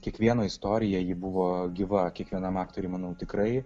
kiekvieno istorija ji buvo gyva kiekvienam aktoriui manau tikrai